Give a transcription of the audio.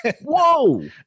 Whoa